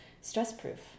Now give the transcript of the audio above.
stress-proof